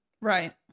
Right